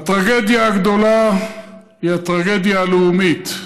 הטרגדיה הגדולה היא הטרגדיה הלאומית,